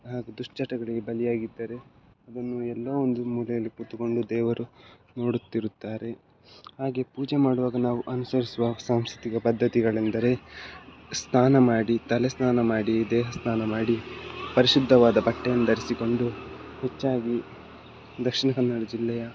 ಹಾಗೂ ದುಷ್ಚಟಗಳಿಗೆ ಬಲಿಯಾಗಿದ್ದರೆ ಅದನ್ನು ಎಲ್ಲೋ ಒಂದು ಮೂಲೆಯಲ್ಲಿ ಕೂತುಕೊಂಡು ದೇವರು ನೋಡುತ್ತಿರುತ್ತಾರೆ ಹಾಗೇ ಪೂಜೆ ಮಾಡುವಾಗ ನಾವು ಅನುಸರಿಸುವ ಸಾಂಸ್ಕೃತಿಕ ಪದ್ದತಿಗಳೆಂದರೆ ಸ್ನಾನ ಮಾಡಿ ತಲೆ ಸ್ನಾನ ಮಾಡಿ ದೇಹ ಸ್ನಾನ ಮಾಡಿ ಪರಿಶುದ್ಧವಾದ ಬಟ್ಟೆಯನ್ನು ಧರಿಸಿಕೊಂಡು ಹೆಚ್ಚಾಗಿ ದಕ್ಷಿಣ ಕನ್ನಡ ಜಿಲ್ಲೆಯ